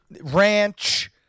ranch